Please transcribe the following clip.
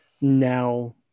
now